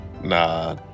Nah